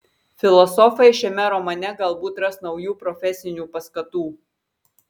filosofai šiame romane galbūt ras naujų profesinių paskatų